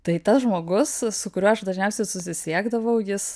tai tas žmogus su kuriuo aš dažniausiai susisiekdavau jis